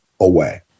away